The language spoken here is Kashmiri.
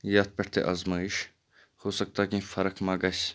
یَتھ پٮ۪ٹھ تہِ آزمٲیِش ہوسَکتا کیٚنٛہہ فرق ما گژھہِ